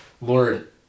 Lord